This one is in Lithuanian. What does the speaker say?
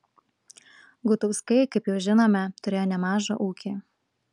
gutauskai kaip jau žinome turėjo nemažą ūkį